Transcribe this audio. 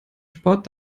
sport